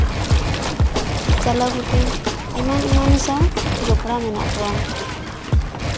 ᱪᱟᱞᱟᱣ ᱜᱷᱩᱴᱤ ᱮᱢᱟᱱᱼᱮᱢᱟᱱ ᱥᱟᱶ ᱡᱚᱯᱚᱲᱟᱣ ᱢᱮᱱᱟᱜ ᱠᱚᱣᱟ